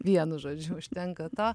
vienu žodžiu užtenka to